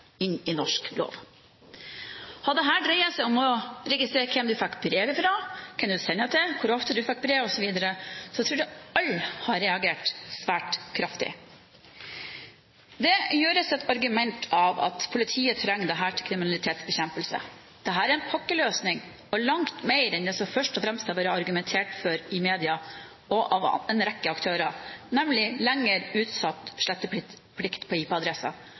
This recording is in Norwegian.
inn i norsk lov. Hadde dette dreid seg om å registrere hvem du fikk brev fra, hvem du sender til, hvor ofte du får brev osv., tror jeg alle hadde reagert svært kraftig. Det gjøres til et argument at politiet trenger dette til kriminalitetsbekjempelse. Dette er en pakkeløsning og langt mer enn det som det først og fremst har vært argumenter for i media og av en rekke andre aktører, nemlig lengre utsatt sletteplikt på